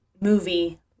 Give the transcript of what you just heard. movie